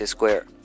Square